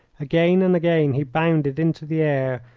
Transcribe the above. again and again he bounded into the air,